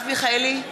(קוראת בשמות חברי הכנסת) מרב מיכאלי,